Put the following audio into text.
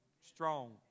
strong